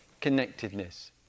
connectedness